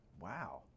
Wow